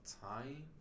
time